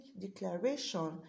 declaration